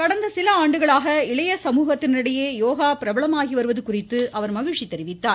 கடந்த சில ஆண்டுகளாக இளைய சமூகத்தினரிடையே யோகா பிரபலமாகி வருவது குறித்து அவர் மகிழ்ச்சி தெரிவித்தார்